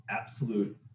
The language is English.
absolute